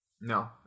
No